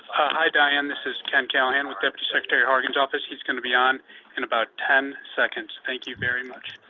hi, diane. this is ken callahan with deputy ah secretary hargan's office. he's going to be on in about ten seconds. thank you very much.